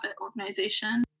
organization